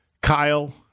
Kyle